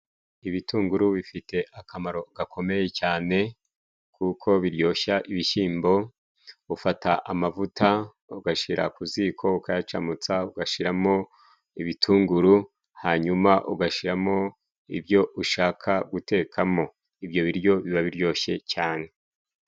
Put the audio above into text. Ibitunguru bifite akamaro gakomeye cyane, kuko biryoshya ibishyimbo. Ufata amavuta ugashyira ku ziko, ukayacamutsa, ugashiramo ibitunguru, hanyuma ugashiramo ibyo ushaka gutekamo. Ibyo biryo biba biryoshye cyane.